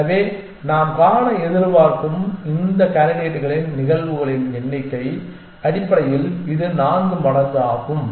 எனவே நாம் காண எதிர்பார்க்கும் இந்த கேண்டிடேட்களின் நிகழ்வுகளின் எண்ணிக்கை அடிப்படையில் இது 4 மடங்கு ஆகும்